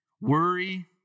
worry